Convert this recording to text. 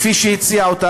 כפי שהוא הציע אותה,